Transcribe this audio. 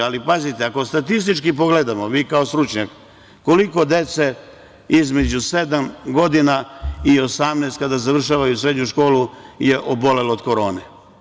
Ali, pazite, ako statistički pogledamo, vi kao stručnjak, koliko dece između sedam i 18 godina kada završavaju srednju školu je obolelo od korene.